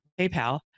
PayPal